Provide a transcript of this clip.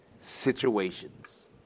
situations